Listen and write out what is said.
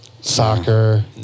soccer